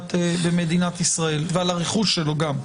במדינת ישראל ועל הרכוש שלו גם.